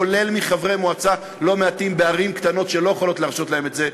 כולל חברי מועצה לא מעטים בערים קטנות שלא יכולות להרשות את זה,